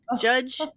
Judge